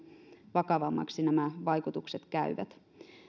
vakavammaksi nämä vaikutukset käyvät